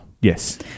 Yes